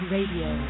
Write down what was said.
Radio